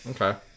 Okay